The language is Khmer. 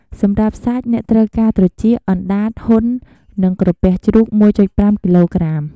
សម្រាប់សាច់ អ្នកត្រូវការ ត្រចៀក អណ្ដាត ហ៊ុន និងក្រពះជ្រូក ១.៥ គីឡូក្រាម។